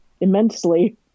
immensely